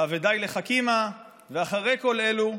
וה"ודי לחכימא" אחרי כל אלו,